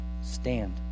Stand